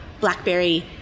blackberry